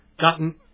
gotten